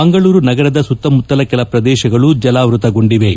ಮಂಗಳೂರು ನಗರದ ಸುತ್ತಮುತ್ತಲ ಕೆಲ ಪ್ರದೇಶಗಳು ಜಲಾವೃತಗೊಂಡಿವೆ